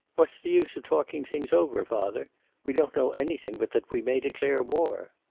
what's the use of talking things over, father? we don't know anything but that we may declare war.